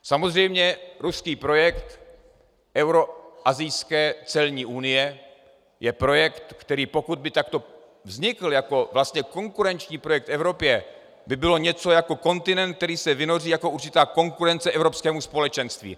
Samozřejmě ruský projekt euroasijské celní unie je projekt, který pokud by takto vznikl jako vlastně konkurenční projekt Evropě, by bylo něco jako kontinent, který se vynoří jako určitá konkurence Evropskému společenství.